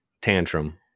tantrum